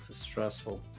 stressful